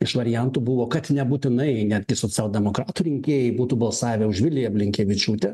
iš variantų buvo kad nebūtinai net ir socialdemokratų rinkėjai būtų balsavę už viliją blinkevičiūtę